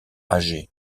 âgé